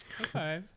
okay